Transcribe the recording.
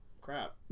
crap